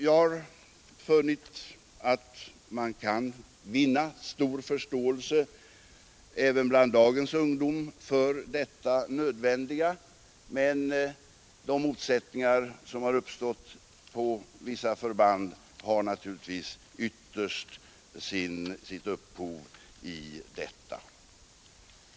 Jag har funnit att man kan vinna stor förståelse även bland dagens ungdom för det nödvändiga häri, men de motsättningar som har uppstått på vissa förband har naturligtvis ytterst sitt upphov i detta.